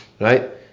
right